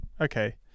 okay